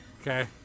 Okay